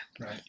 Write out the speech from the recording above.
Right